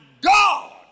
God